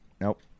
Nope